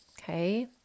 Okay